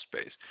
space